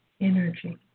energy